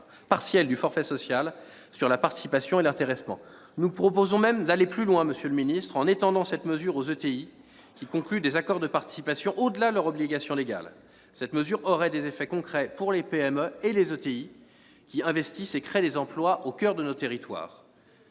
partielle du forfait social sur la participation et l'intéressement. Nous proposons même d'aller plus loin, en étendant cette mesure aux ETI qui concluent des accords de participation au-delà de leur obligation légale. Cela emporterait des effets concrets pour les PME et les ETI qui investissent et créent des emplois au coeur de nos territoires.